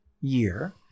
year